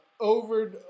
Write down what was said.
over